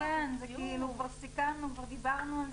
כבר סיכמנו, כבר דיברנו על זה.